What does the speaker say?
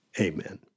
Amen